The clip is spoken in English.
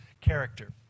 Character